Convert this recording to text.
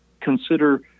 consider